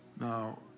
Now